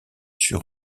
sur